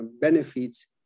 benefits